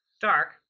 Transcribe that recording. dark